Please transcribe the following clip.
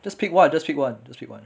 just pick one just pick one just pick one